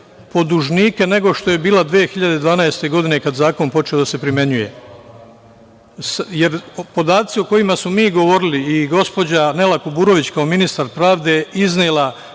po dužnike nego što je bila 2012. godine, kad je zakon počeo da se primenjuje. Jer, podaci o kojima smo mi govorili i gospođa Nela Kuburović kao ministar pravde je iznela